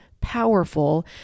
powerful